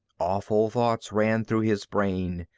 awful thoughts ran through his brain,